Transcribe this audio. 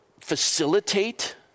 facilitate